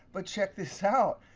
but check this out.